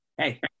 Hey